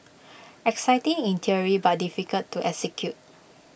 exciting in theory but difficult to execute